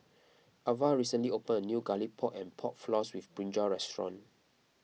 Avah recently opened a new Garlic Pork and Pork Floss with Brinjal restaurant